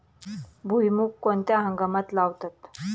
भुईमूग कोणत्या हंगामात लावतात?